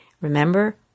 Remember